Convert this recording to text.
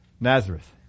Nazareth